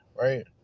right